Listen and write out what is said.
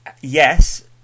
yes